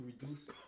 reduce